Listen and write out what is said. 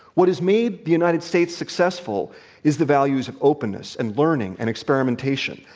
what has made the united states successful is the values of openness, and learning, and experimentation.